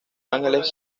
angeles